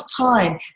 time